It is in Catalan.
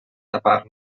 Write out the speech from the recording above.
tapar